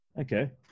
Okay